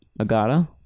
Agata